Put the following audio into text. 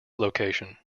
location